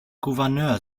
gouverneur